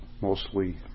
mostly